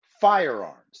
firearms